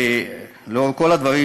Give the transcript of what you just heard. לנוכח כל הדברים,